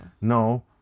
no